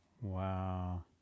Wow